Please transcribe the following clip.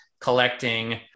collecting